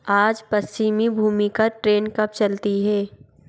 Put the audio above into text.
आज पश्चिमी भूमिगत ट्रेन कब चलती है